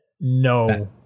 No